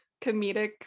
comedic